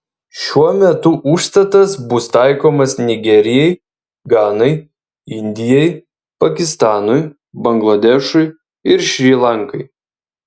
šiuo metu užstatas bus taikomas nigerijai ganai indijai pakistanui bangladešui ir šri lankai